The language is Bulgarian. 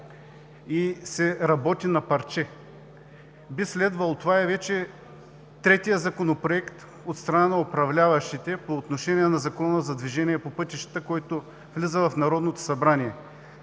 и се работи на парче. Това е вече третият Законопроект от страна на управляващите по отношение на Закона за движение по пътищата, който влиза в Народното събрание.